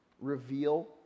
reveal